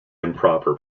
improper